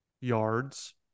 yards